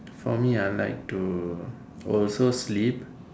for me I like to also sleep